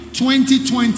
2020